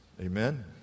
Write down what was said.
Amen